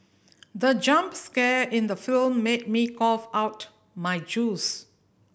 the jump scare in the film made me cough out my juice